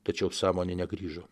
tačiau sąmonė negrįžo